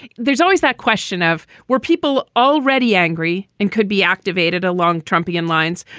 there's always that question of where people already angry and could be activated along trumpian lines,